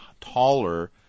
taller